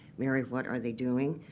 mary, what are they doing?